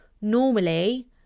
normally